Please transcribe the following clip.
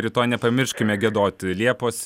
rytoj nepamirškime giedoti liepos